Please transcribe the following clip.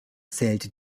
zählte